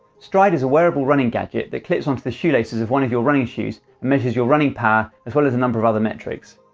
stryd is a wearable running gadget that clips onto the shoe laces of one of your running shoes and measures your running power, as well as a number of other metrics.